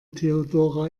theodora